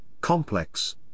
complex